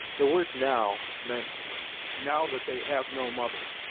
the word now meant now that they have no mother,